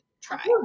try